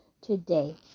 today